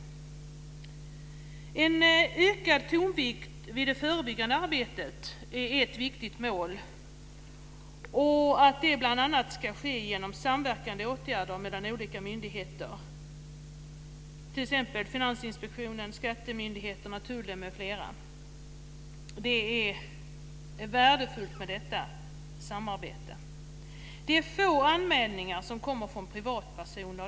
Att det blir en ökad tonvikt på det förebyggande arbetet är ett viktigt mål, och det ska bl.a. ske genom samverkande åtgärder mellan olika myndigheter, t.ex. Det är värdefullt med detta samarbete. Det är få anmälningar som kommer från privatpersoner.